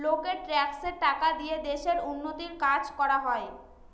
লোকের ট্যাক্সের টাকা দিয়ে দেশের উন্নতির কাজ করা হয়